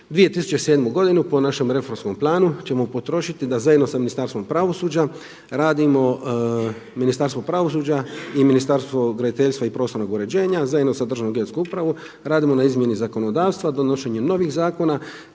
2007. godinu po našem reformskom planu ćemo potrošiti da zajedno sa Ministarstvom pravosuđa radimo Ministarstvo pravosuđa i Ministarstvo graditeljstva i prostornog uređenja zajedno s Državnom geodetskom upravom, radimo na izmjeni zakonodavstva, donošenja novih zakona